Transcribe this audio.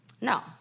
No